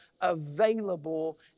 available